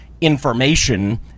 information